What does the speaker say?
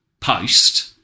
post